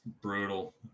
brutal